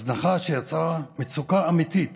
הזנחה שיצרה מצוקה אמיתית